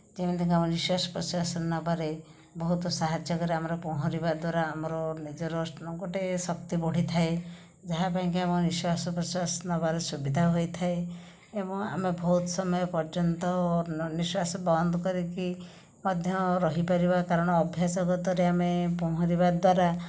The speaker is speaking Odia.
ଯେମିତିକି ଆମ ନିଶ୍ୱାସ ପ୍ରଶ୍ୱାସ ନେବାରେ ବହୁତ ସାହାଯ୍ୟ କରେ ଆମର ପହଁରିବା ଦ୍ୱାରା ଆମର ନିଜର ଗୋଟିଏ ଶକ୍ତି ବଢିଥାଏ ଯାହା ପାଇଁକା ଆମ ନିଶ୍ୱାସ ପ୍ରଶ୍ୱାସ ନେବାରେ ସୁବିଧା ହୋଇଥାଏ ଏବଂ ଆମେ ବହୁତ ସମୟ ପର୍ଯ୍ୟନ୍ତ ନିଶ୍ୱାସ ବନ୍ଦ କରିକି ମଧ୍ୟ ରହିପାରିବା କାରଣ ଅଭ୍ୟାସଗତ ରେ ଆମେ ପହଁରିବା ଦ୍ୱାରା